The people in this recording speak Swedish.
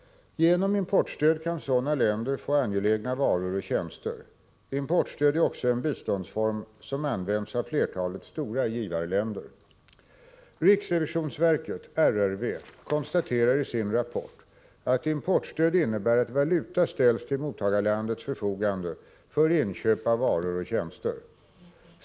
Genom importstöd kan sådana länder få angelägna varor och tjänster. Importstöd är också en biståndsform som används av flertalet stora givarländer. Riksrevisionsverket konstaterar i sin rapport att importstöd innebär att valuta ställs till mottagarlandets förfogande för inköp av varor och tjänster.